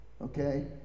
okay